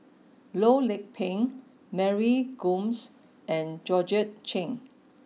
Loh Lik Peng Mary Gomes and Georgette Chen